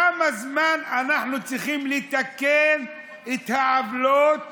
בכמה זמן אנחנו צריכים לתקן את העוולות